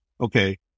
Okay